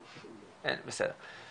בסדר,